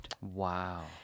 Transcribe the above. Wow